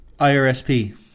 IRSP